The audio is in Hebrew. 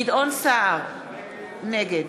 גדעון סער, נגד